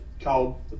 called